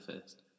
first